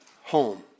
Home